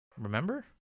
Remember